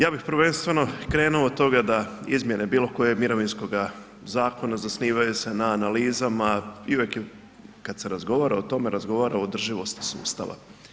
Ja bih prvenstveno krenuo od toga da izmjene bilo kojeg mirovinskog zakona zasnivaju se na analizama i uvijek kada se razgovara o tome razgovara o održivosti sustava.